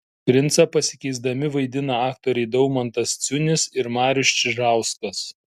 princą pasikeisdami vaidina aktoriai daumantas ciunis ir marius čižauskas